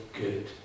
good